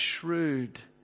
shrewd